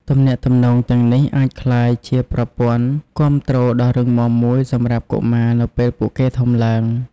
ទំនាក់ទំនងទាំងនេះអាចក្លាយជាប្រព័ន្ធគាំទ្រដ៏រឹងមាំមួយសម្រាប់កុមារនៅពេលពួកគេធំឡើង។